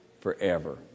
forever